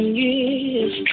years